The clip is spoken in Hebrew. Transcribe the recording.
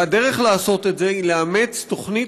והדרך לעשות את זה היא לאמץ תוכנית